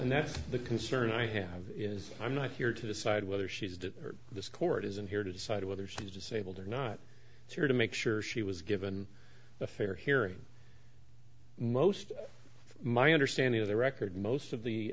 and that's the concern i have is i'm not here to decide whether she's that this court isn't here to decide whether she's disabled or not it's here to make sure she was given a fair hearing most of my understanding of the record most of the